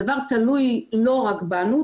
הדבר תלוי לא רק בנו,